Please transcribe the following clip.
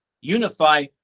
unify